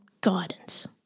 guidance